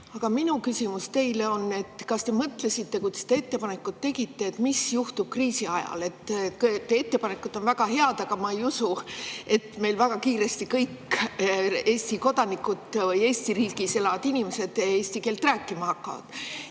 Aga minu küsimus teile on, et kas te mõtlesite, kui te seda ettepanekut tegite, mis juhtub kriisi ajal. Teie ettepanekud on väga head, aga ma ei usu, et meil väga kiiresti kõik Eesti riigis elavad inimesed eesti keelt rääkima hakkavad.